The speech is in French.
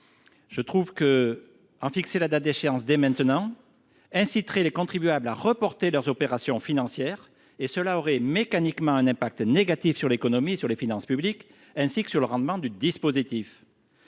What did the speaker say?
un terme, en fixer la date d’échéance dès maintenant inciterait les contribuables à reporter leurs opérations financières et cela aurait mécaniquement un impact négatif sur l’économie, sur les finances publiques ainsi que sur le rendement du dispositif.